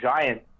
giant